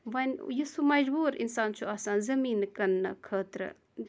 وۅنۍ یُس سُہ مَجبوٗر اِنسان چھُ آسان زٔمیٖن کٕننہٕ خٲطرٕ